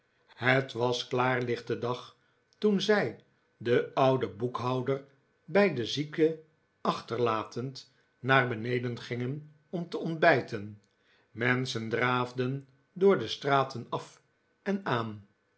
het was klaarlichte dag toen zij den ouden boekhouder bij den zieke achterlatend naar beneden gingen om te ontbijten menschen draafden door de straten af en aan